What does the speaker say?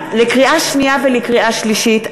לקריאה שנייה ולקריאה שלישית,